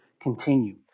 continue